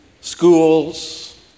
schools